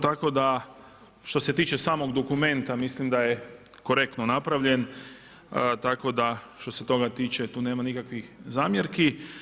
Tako da što se tiče samog dokumenta mislim da je korektno napravljen, tako da što se toga tiče tu nema nikakvih zamjerki.